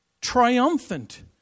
triumphant